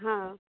हँ